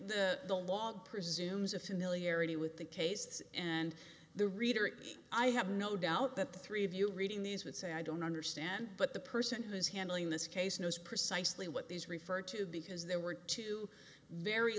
the the law presumes a familiarity with the tastes and the reader it i have no doubt that the three of you reading these would say i don't understand but the person who is handling this case knows precisely what these referred to because there were two very